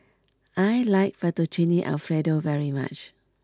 I like Fettuccine Alfredo very much